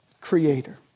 Creator